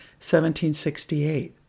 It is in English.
1768